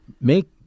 make